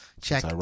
Check